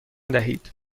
دهید